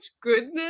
goodness